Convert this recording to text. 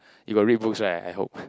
you got read books right I hope